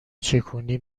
چکونی